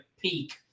peak